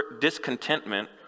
discontentment